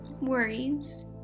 worries